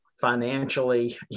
financially